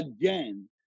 again